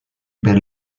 per